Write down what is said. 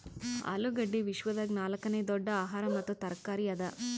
ಆಲೂಗಡ್ಡಿ ವಿಶ್ವದಾಗ್ ನಾಲ್ಕನೇ ದೊಡ್ಡ ಆಹಾರ ಮತ್ತ ತರಕಾರಿ ಅದಾ